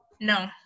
No